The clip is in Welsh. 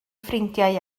ffrindiau